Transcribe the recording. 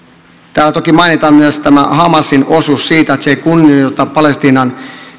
täällä toki mainitaan myös tämä hamasin osuus siitä että se ei kunnioita palestiinan